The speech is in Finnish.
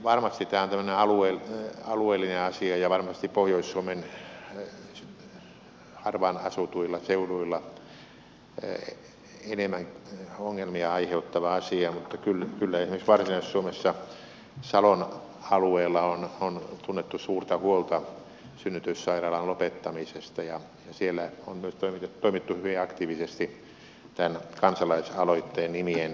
varmasti tämä on tämmöinen alueellinen asia ja varmasti pohjois suomen harvaan asutuilla seuduilla enemmän ongelmia aiheuttava asia mutta kyllä esimerkiksi varsinais suomessa salon alueella on tunnettu suurta huolta synnytyssairaalan lopettamisesta ja siellä on myös toimittu hyvin aktiivisesti tämän kansalaisaloitteen nimien keräämiseksi